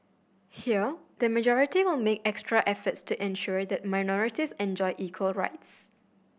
here the majority will make extra efforts to ensure that minorities enjoy equal rights